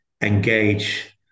engage